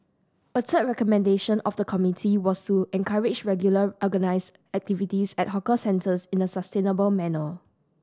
a third recommendation of the committee was to encourage regular organised activities at hawker centres in a sustainable manner